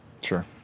sure